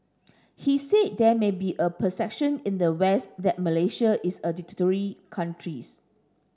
he said there may be a perception in the West that Malaysia is a dictatorial countries